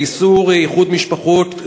לאיסור איחוד משפחות,